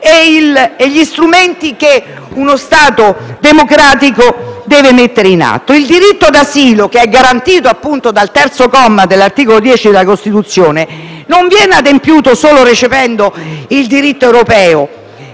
e gli strumenti che uno Stato democratico deve mettere in atto. Il diritto d'asilo, che è garantito dal terzo comma dell'articolo 10 della Costituzione, non viene adempiuto solo recependo il diritto europeo